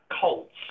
Colts